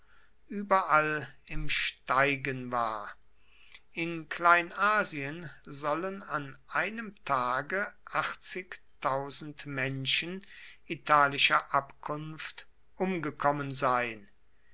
überall im steigen war in kleinasien sollen an einem tage menschen italischer abkunft umgekommen sein